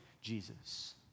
Jesus